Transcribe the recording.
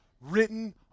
written